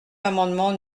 l’amendement